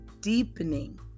deepening